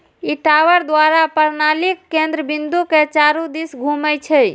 ई tower पूरा प्रणालीक केंद्र बिंदु के चारू दिस घूमै छै